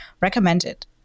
recommended